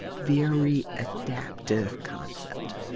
very adaptive concept.